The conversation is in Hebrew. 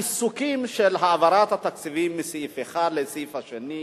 העיסוקים של העברת התקציבים מסעיף אחד לסעיף השני,